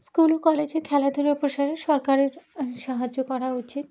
school ও কলেজে খেলাধুলো প্রসারে সরকারের সাহায্য করা উচিত